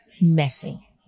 messy